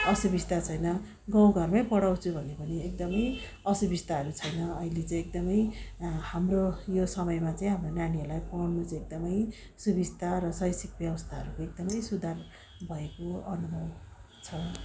असुविस्ता छैन गाउँघरमै पढाउँछु भन्यो भने एकदमै असुविस्ताहरू छैन अहिले चाहिँ एकदमै हाम्रो यो समयमा चाहिँ हाम्रो नानीहरूलाई पढ्नु चाहिँ एकदमै सुविस्ता र शैक्षिक व्यवस्थाहरू एकदमै सुधार भएको अनुभव छ